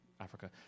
Africa